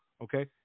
okay